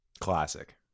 Classic